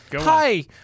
Hi